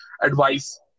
advice